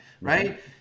right